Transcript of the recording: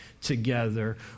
together